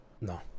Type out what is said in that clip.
No